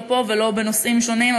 לא פה ולא בנושאים שונים,